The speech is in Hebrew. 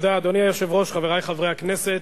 אדוני היושב-ראש, תודה, חברי חברי הכנסת,